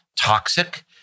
toxic